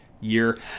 year